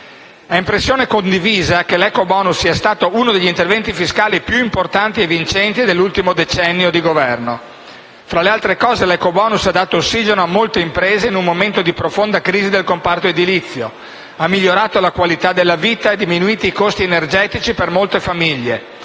È impressione condivisa che l'ecobonus sia stato uno degli interventi fiscali più importanti e vincenti dell'ultimo decennio di Governo. Tra le altre cose, esso ha dato ossigeno a molte imprese, in un momento di profonda crisi del comparto edilizio; ha migliorato la qualità della vita e diminuito i costi energetici per molte famiglie;